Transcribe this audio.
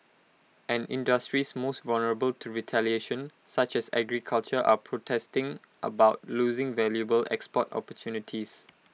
and industries most vulnerable to retaliation such as agriculture are protesting about losing valuable export opportunities